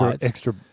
Extra